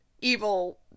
evil